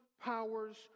powers